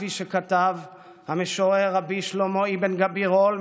כפי שכתב המשורר רבי שלמה אבן גבירול,